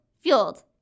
fueled